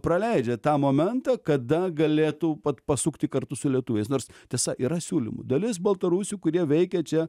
praleidžia tą momentą kada galėtų pat pasukti kartu su lietuviais nors tiesa yra siūlymų dalis baltarusių kurie veikia čia